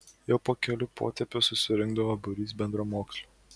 jau po kelių potėpių susirinkdavo būrys bendramokslių